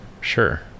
Sure